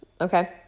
okay